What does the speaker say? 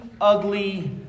Ugly